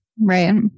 Right